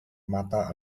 mata